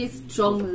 strong